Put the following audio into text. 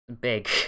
big